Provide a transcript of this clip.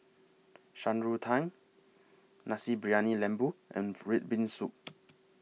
Shan Rui Tang Nasi Briyani Lembu and Red Bean Soup